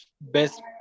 best